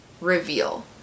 reveal